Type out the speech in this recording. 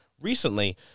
recently